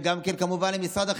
וגם כן כמובן למשרד החינוך,